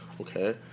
Okay